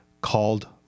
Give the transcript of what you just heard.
called